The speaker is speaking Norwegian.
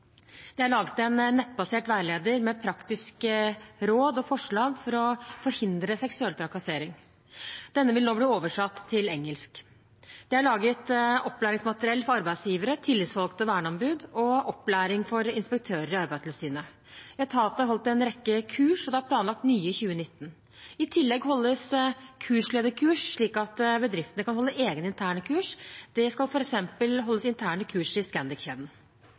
Det er laget en nettbasert veileder med praktiske råd og forslag for å forhindre seksuell trakassering. Denne vil nå bli oversatt til engelsk. Det er laget opplæringsmateriell for arbeidsgivere, tillitsvalgte og verneombud og opplæring for inspektører i Arbeidstilsynet. Etatene har holdt en rekke kurs, og det er planlagt nye i 2019. I tillegg holdes «kurslederkurs», slik at bedriftene kan holde egne interne kurs. Det skal f.eks. holdes interne kurs i